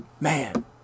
man